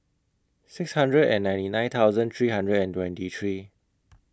six hundred and ninety nine thousand three hundred and twenty three